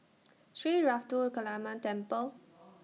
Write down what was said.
Sri Ruthra Kaliamman Temple